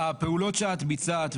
הפעולות שאת ביצעת,